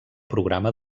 programa